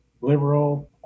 Liberal